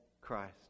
Christ